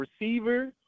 receiver